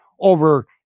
over